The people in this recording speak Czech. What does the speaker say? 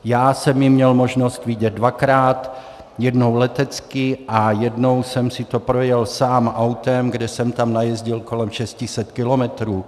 Já jsem ji měl možnost vidět dvakrát, jednou letecky a jednou jsem si to projel sám autem, kde jsem tam najezdil kolem šesti set kilometrů.